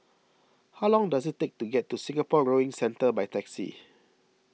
how long does it take to get to Singapore Rowing Centre by taxi